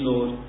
Lord